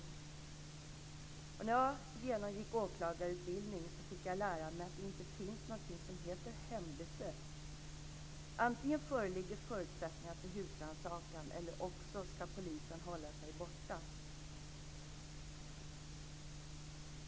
När jag genomgick åklagarutbildningen fick jag lära mig att det inte finns någonting som heter hembesök. Antingen föreligger förutsättningar för husrannsakan eller också ska polisen hålla sig borta.